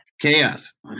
chaos